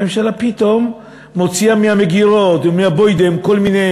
הממשלה פתאום מוציאה מהמגירות ומהבוידם כל מיני